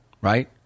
right